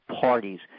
parties